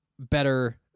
better